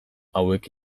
hauek